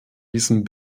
diesem